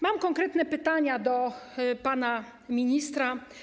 Mam konkretne pytania do pana ministra.